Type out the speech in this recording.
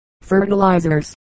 fertilizers